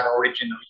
originally